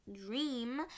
dream